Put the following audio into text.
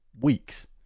weeks